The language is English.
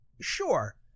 sure